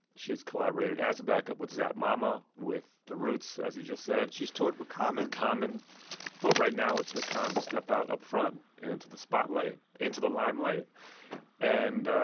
she has collaborated as a backup with zap mama, with the roots, as you just said she's toured with common with common but right now it's her time to step out upfront into the spotlight, into the limelight and,